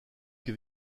que